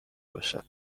باشد